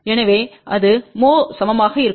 எனவே அது மோ சமமாக இருக்கும்